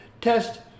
test